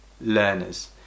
learners